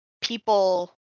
people